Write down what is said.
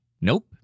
Nope